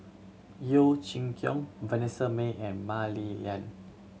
Yeo Chee Kiong Vanessa Mae and Mah Li Lian